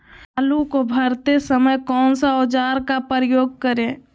आलू को भरते समय कौन सा औजार का प्रयोग करें?